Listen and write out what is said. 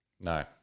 No